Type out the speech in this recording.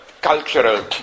cultural